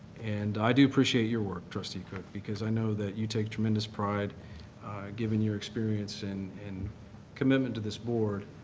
and i do appreciate your work, trustee cook, because i know that you take tremendous pride given your experience and and commitment to this board,